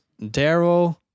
Daryl